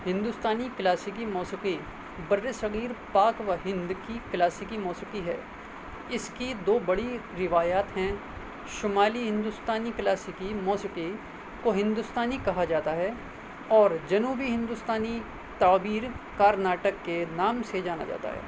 ہندوستانی کلاسیکی موسیقی برصغیر پاک و ہند کی کلاسیکی موسیقی ہے اس کی دو بڑی روایات ہیں شمالی ہندوستانی کلاسیکی موسیقی کو ہندوستانی کہا جاتا ہے اور جنوبی ہندوستانی تعبیر کارناٹک کے نام سے جانا جاتا ہے